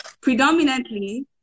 predominantly